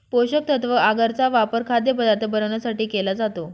पोषकतत्व आगर चा वापर खाद्यपदार्थ बनवण्यासाठी केला जातो